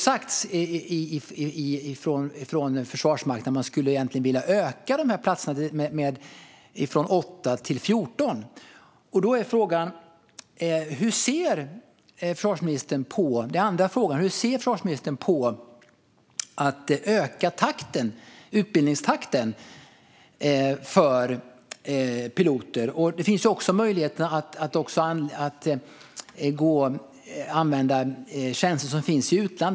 Försvarsmakten har sagt att man egentligen skulle vilja öka detta antal från åtta till fjorton. Det är andra frågan: Hur ser försvarsministern på att öka utbildningstakten för piloter? Det finns också möjlighet att använda tjänster som finns i utlandet.